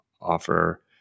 offer